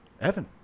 Evan